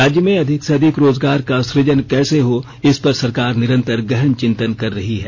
राज्य में अधिक से अधिक रोजगार का सुजन कैसे हो इस पर सरकार निरंतर गहन चिंतन कर रही है